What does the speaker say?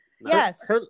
Yes